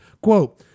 Quote